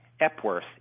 Epworth